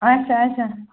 اَچھا اَچھا